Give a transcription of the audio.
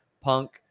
punk